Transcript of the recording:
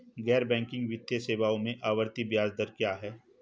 गैर बैंकिंग वित्तीय सेवाओं में आवर्ती ब्याज दर क्या है?